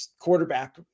quarterback